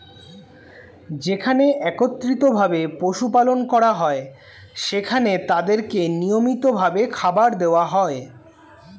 যেখানে একত্রিত ভাবে পশু পালন করা হয়, সেখানে তাদেরকে নিয়মিত ভাবে খাবার দেওয়া হয়